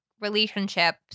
relationship